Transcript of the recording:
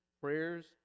prayers